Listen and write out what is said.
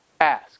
ask